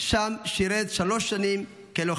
ושם שירת שלוש שנים כלוחם.